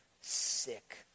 sick